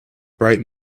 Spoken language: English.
bright